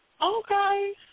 Okay